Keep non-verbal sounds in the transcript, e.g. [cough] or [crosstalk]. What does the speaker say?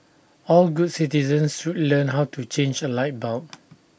all good citizens should learn how to change A light bulb [noise]